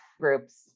groups